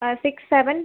six seven